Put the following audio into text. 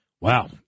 wow